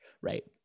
right